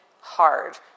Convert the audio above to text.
hard